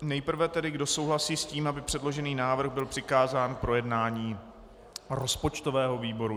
Nejprve tedy, kdo souhlasí s tím, aby předložený návrh byl přikázán k projednání rozpočtovému výboru.